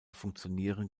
funktionieren